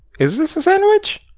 is this a sandwich?